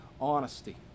honesty